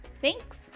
Thanks